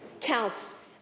counts